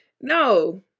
no